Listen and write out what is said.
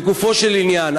לגופו של עניין.